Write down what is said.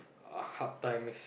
a hard time